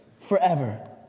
forever